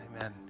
amen